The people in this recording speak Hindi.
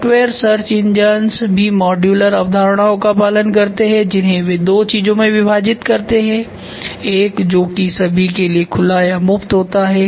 सॉफ्टवेयर सर्च इंजिन्स भी मॉड्यूलर अवधारणाओं का पालन करते हैं जिन्हें वे दो चीजों में विभाजित करते हैं एक जो की सभी के लिए खुलामुफ्त होता है